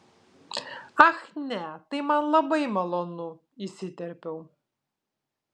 ach ne tai man labai malonu įsiterpiau